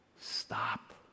stop